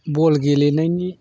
बल गेलेनायनि